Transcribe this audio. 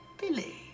Billy